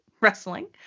wrestling